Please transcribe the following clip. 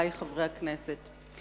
חברי חברי הכנסת,